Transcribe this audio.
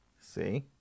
See